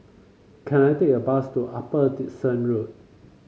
can I take a bus to Upper Dickson Road